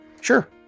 sure